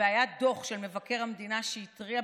היה דוח של מבקר המדינה שהתריע.